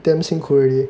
damn 辛苦 already